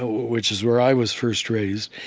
which is where i was first raised,